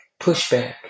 pushback